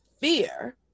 fear